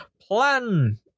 plan